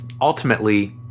ultimately